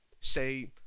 say